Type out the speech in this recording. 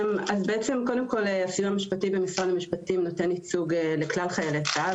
קודם כל הסיוע המשפטי במשרד המשפטים נותן ייצוג לכלל חיילי צה"ל,